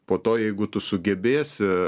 po to jeigu tu sugebėsi